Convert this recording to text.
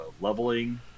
leveling